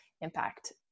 impact